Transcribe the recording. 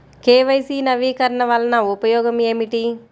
KYC నవీకరణ వలన ఉపయోగం ఏమిటీ?